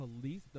police